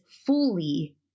fully